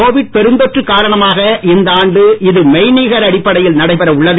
Covid பெருந்தொற்று காரணமாக இந்த ஆண்டு இது மெய்நிகர் அடிப்படையில் நடைபெற உள்ளது